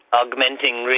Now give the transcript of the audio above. augmenting